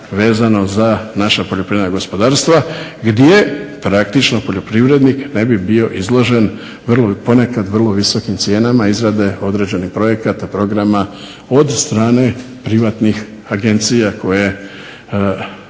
vezano za naša poljoprivredna gospodarstva gdje praktično poljoprivrednik ne bi bio izložen ponekad vrlo visokim cijenama izrade određenih projekata, programa od strane privatnih agencija koje